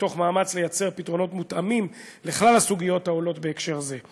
ותוך מאמץ לייצר פתרונות מותאמים לכלל הסוגיות העולות בהקשר זה.